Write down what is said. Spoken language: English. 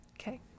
Okay